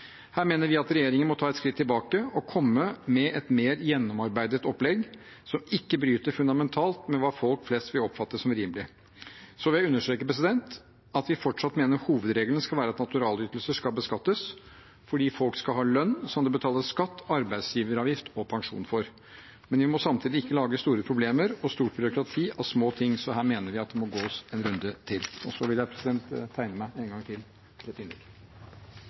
Her mener vi regjeringen må ta et skritt tilbake og komme med et mer gjennomarbeidet opplegg som ikke bryter fundamentalt med hva folk flest vil oppfatte som rimelig. Jeg vil understreke at vi fortsatt mener hovedregelen skal være at naturalytelser skal beskattes, fordi folk skal ha lønn som det betales skatt, arbeidsgiveravgift og pensjon for. Men vi må samtidig ikke lage store problemer og stort byråkrati av små ting, så her mener vi det må gås en runde til. Jeg vil ikke garantere at jeg tegner meg en gang til